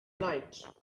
night